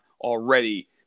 already